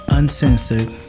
Uncensored